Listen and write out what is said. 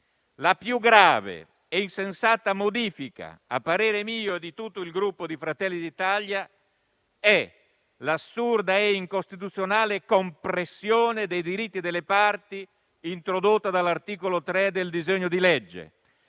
La più grave e insensata modifica, a parere mio e di tutto il Gruppo Fratelli d'Italia, è l'assurda e incostituzionale compressione dei diritti delle parti introdotta dall'articolo 3 del disegno di legge,